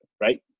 right